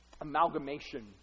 amalgamation